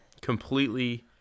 completely